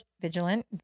vigilant